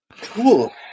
Cool